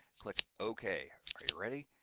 click ok. are you ready?